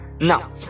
Now